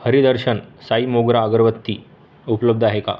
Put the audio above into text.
हरीदर्शन साई मोगरा अगरबत्ती उपलब्ध आहे का